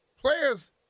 players